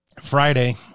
Friday